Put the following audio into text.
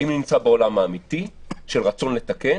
האם אני נמצא בעולם האמיתי של רצון לתקן